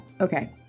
Okay